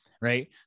right